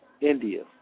India